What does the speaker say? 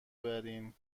برین